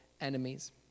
enemies